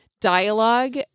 dialogue